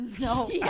No